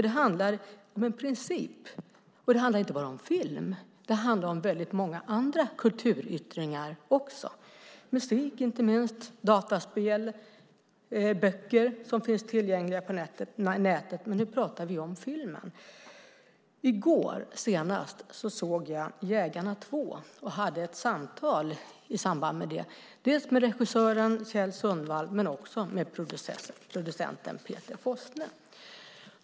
Det handlar om en princip, och det handlar inte bara om film utan om väldigt många andra kulturyttringar också, inte minst musik, dataspel och böcker som finns tillgängliga på nätet. Men nu pratar vi om filmen. Senast i går såg jag Jägarna 2 och förde samtal i samband med det, dels med regissören Kjell Sundvall, dels med producenten Peter Possne.